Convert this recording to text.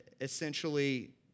essentially